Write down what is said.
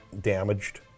damaged